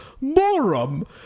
Morum